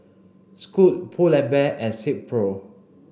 Scoot Pull and Bear and Silkpro